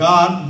God